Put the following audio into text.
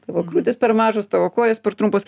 tavo krūtys per mažos tavo kojos per trumpos